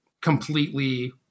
completely